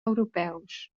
europeus